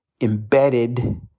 embedded